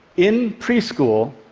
in preschool,